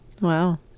Wow